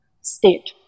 state